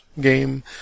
game